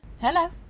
Hello